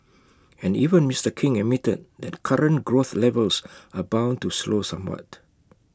and even Mister king admitted that current growth levels are bound to slow somewhat